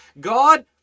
God